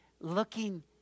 looking